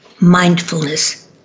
mindfulness